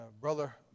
Brother